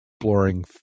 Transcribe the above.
exploring